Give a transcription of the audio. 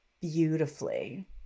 beautifully